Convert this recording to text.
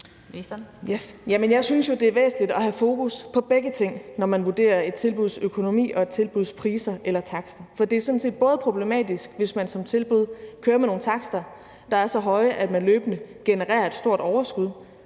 Jeg synes jo, det er væsentligt at have fokus på begge ting, når man vurderer et tilbuds økonomi og et tilbuds priser eller takster. For det er sådan set problematisk, hvis man som tilbud kører med nogle takster, der er så høje, at man løbende genererer et stort overskud,